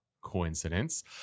Coincidence